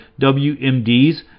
WMDs